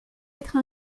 être